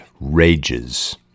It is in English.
rages